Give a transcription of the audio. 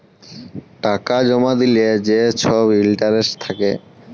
টাকা জমা দিলে যে ছব ইলটারেস্ট থ্যাকে